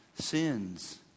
sins